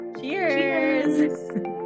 Cheers